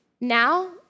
now